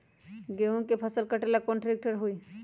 गेहूं के फसल कटेला कौन ट्रैक्टर ठीक होई?